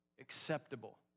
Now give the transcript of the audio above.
acceptable